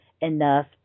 enough